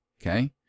Okay